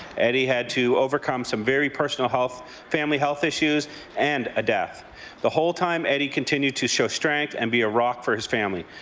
eddie had to overcome some very personal health family health issues and adapt. the whole time eddie continued to show strength and be a rock for his family.